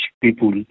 people